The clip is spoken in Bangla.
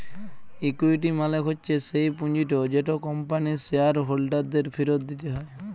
ইকুইটি মালে হচ্যে স্যেই পুঁজিট যেট কম্পানির শেয়ার হোল্ডারদের ফিরত দিতে হ্যয়